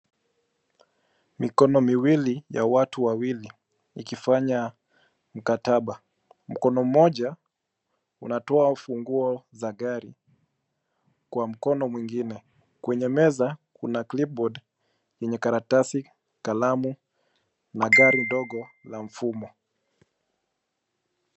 Mikono miwili ya watu wawili ikifanya mkataba. Mkono mmoja unatoa funguo za gari kwa mkono mwingine. Kwenye meza kuna clipboard yenye karatasi, kalamu na gari dogo la mfumo.